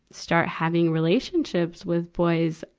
start having relationships with boys.